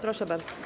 Proszę bardzo.